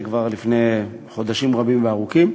זה היה כבר לפני חודשים רבים וארוכים.